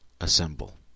Assemble